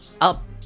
up